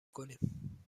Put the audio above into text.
کنیم